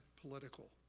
political